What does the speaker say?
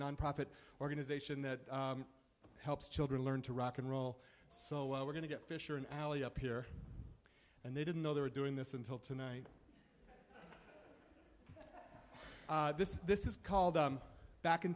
nonprofit organization that helps children learn to rock and roll so well we're going to fisher an alley up here and they didn't know they were doing this until tonight this this is called back in